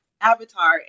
avatar